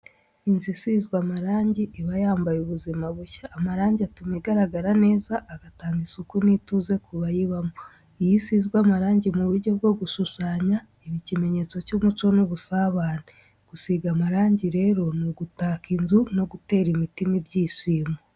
Inzu isizwe amarangi iba yambaye ubuzima bushya. Amarangi atuma igaragara neza, agatanga isuku n’ituze ku bayibamo. Iyo isizwe mu buryo bwo gushushanya, iba ikimenyetso cy’umuco n’ubusabane. Gusiga amarangi rero ni ugutaka inzu no gutera imitima ibyishimo.